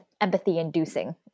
empathy-inducing